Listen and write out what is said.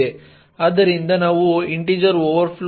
ಆದ್ದರಿಂದ ನಾವು integer overflow